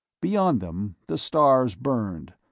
beyond them the stars burned,